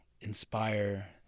inspire